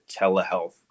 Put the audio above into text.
telehealth